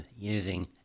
using